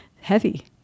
heavy